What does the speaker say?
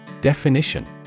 Definition